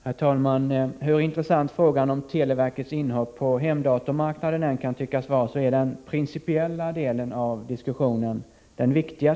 Herr talman! Hur intressant frågan om televerkets inhopp på hemdatormarknaden än kan tyckas vara, tycker jag att den principiella delen av diskussionen är den viktiga.